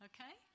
Okay